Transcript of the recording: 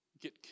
get